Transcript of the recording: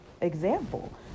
example